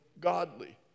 godly